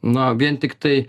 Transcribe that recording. na vien tiktai